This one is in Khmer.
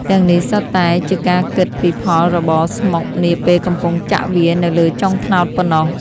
ទាំងនេះសុទ្ធតែជាការគិតពីផលរបរស្មុគនាពេលកំពុងចាក់វានៅលើចុងត្នោតប៉ុណ្ណោះ។